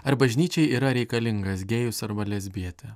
ar bažnyčiai yra reikalingas gėjus arba lesbietė